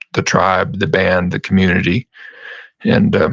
the tribe, the band, the community and